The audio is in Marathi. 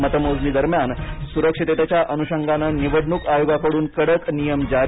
मतमोजणीदरम्यान सुरक्षिततेच्या अनुषंगाने निवडणूक आयोगाकडून कडक नियम जारी